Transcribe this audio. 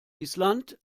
island